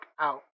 out